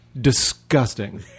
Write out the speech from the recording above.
Disgusting